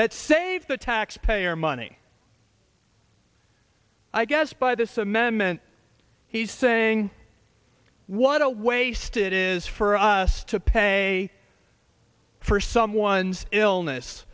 that save the taxpayer money i guess by this amendment he's saying what a waste it is for us to pay for someone's illness